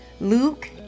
Luke